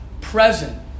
present